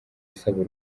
asaba